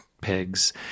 pigs